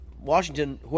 Washington